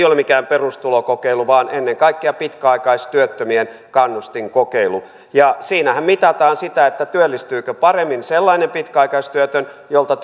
ole mikään perustulokokeilu vaan ennen kaikkea pitkäaikaistyöttömien kannustinkokeilu siinähän mitataan sitä työllistyykö paremmin sellainen pitkäaikaistyötön jolta